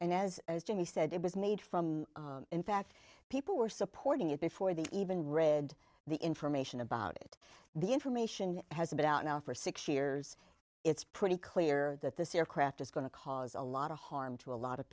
and as as jimmy said it was made from in fact people were supporting it before they even read the information about it the information has a bit out now for six years it's pretty clear that this aircraft is going to cause a lot of harm to a lot of